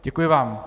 Děkuji vám.